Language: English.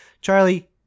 Charlie